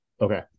Okay